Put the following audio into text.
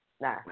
nah